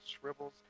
shrivels